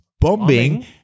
Bombing